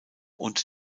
und